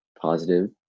positive